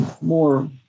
more